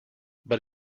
but